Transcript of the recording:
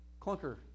clunker